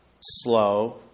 slow